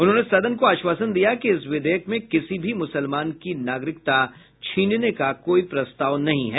उन्होंने सदन को आश्वासन दिया कि इस विधेयक में किसी भी मुसलमान की नागरिकता छीनने का कोई प्रस्ताव नहीं है